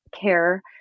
care